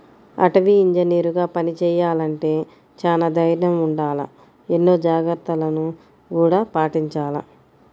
అటవీ ఇంజనీరుగా పని చెయ్యాలంటే చానా దైర్నం ఉండాల, ఎన్నో జాగర్తలను గూడా పాటించాల